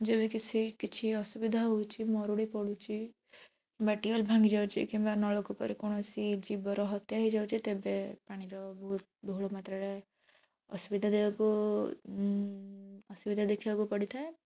ଯେବେକି ସେଇ କିଛି ଅସୁବିଧା ହେଉଛି ମରୁଡ଼ି ପଡ଼ୁଛି ମାଟିଘର ଭାଙ୍ଗିଯାଉଛି କିମ୍ବା ନଳକୂପରେ କୌଣସି ଜୀବର ହତ୍ୟା ହେଇଯାଉଛି ତେବେ ପାଣିର ବହୁ ବହୁଳ ମାତ୍ରାରେ ଅସୁବିଧା ଯାହାକୁ ଅସୁବିଧା ଦେଖିବାକୁ ପଡ଼ିଥାଏ